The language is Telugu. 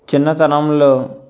చిన్నతనంలో